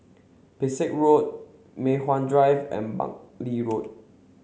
Pesek Road Mei Hwan Drive and Buckley Road